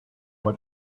what